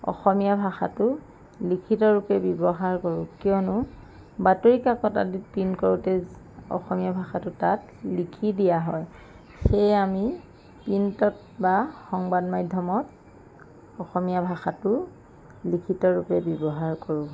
অসমীয়া ভাষাটো লিখিত ৰূপে ব্যৱহাৰ কৰোঁ কিয়নো বাতৰি কাকত আদি প্ৰিণ্ট কৰোঁতে অসমীয়া ভাষাটো তাত লিখি দিয়া হয় সেয়ে আমি প্ৰিণ্টত বা সংবাদ মাধ্যমত অসমীয়া ভাষাটো লিখিত ৰূপে ব্যৱহাৰ কৰোঁ